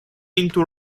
into